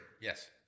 Yes